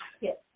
yes